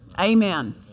Amen